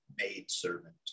maidservant